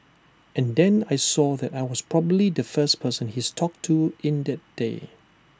and then I saw that I was probably the first person he's talked to in that day